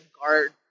guard